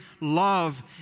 love